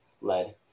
lead